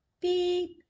beep